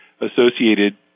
associated